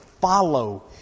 follow